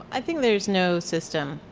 i think there's no system.